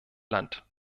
land